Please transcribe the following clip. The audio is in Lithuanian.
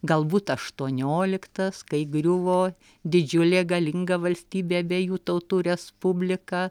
galbūt aštuonioliktas kai griuvo didžiulė galinga valstybė abiejų tautų respublika